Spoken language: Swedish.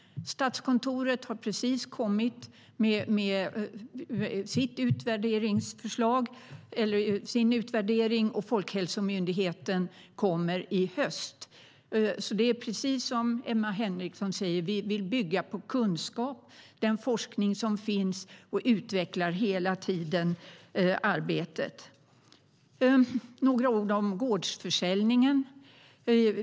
Statskontoret har just kommit med sin utvärdering, och Folkhälsomyndigheten kommer med en i höst. Precis som Emma Henriksson säger vill vi bygga på kunskap, och den forskning som finns utvecklar hela tiden arbetet. Låt mig säga några ord om gårdsförsäljningen.